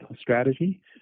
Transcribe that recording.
strategy